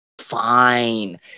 fine